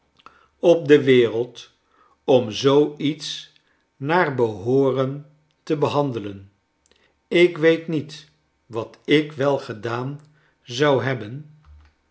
op de wereld om zoo iets naar behooren te behandelen ik weet niet wat ik wel gedaan zou hebben